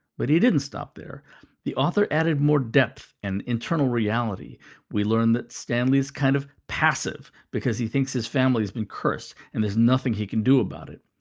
but he didn't stop there the author added more depth and internal reality we learn that stanley is kind of passive because he thinks his family has been cursed and there's nothing he can do about it.